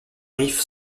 rif